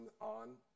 on